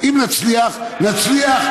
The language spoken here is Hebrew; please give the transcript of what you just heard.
אם נצליח, נצליח.